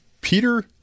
Peter